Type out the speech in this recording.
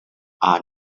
are